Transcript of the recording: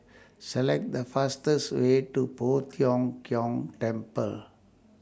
Select The fastest Way to Poh Tiong Kiong Temple